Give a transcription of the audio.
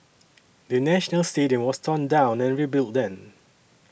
the National Stadium was torn down and rebuilt then